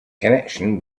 connection